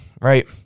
Right